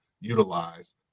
utilize